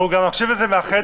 והוא גם מקשיב לזה מהחדר,